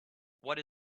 what